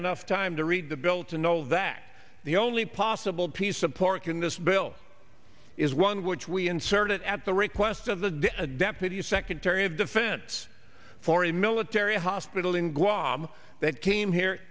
enough time to read the bill to know that the only possible piece of pork in this bill is one which we inserted at the request of the a deputy secretary of defense for a military hospital in guam that came here